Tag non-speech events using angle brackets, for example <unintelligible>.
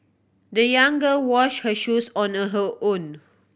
the young girl washed her shoes on <unintelligible> her own